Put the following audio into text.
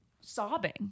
sobbing